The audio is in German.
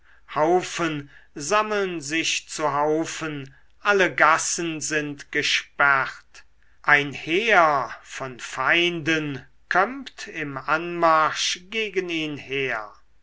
haufen sammeln sich zu haufen alle gassen sind gesperrt ein heer von feinden kömmt im anmarsch gegen ihn her